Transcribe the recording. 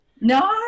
No